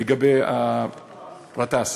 גטאס.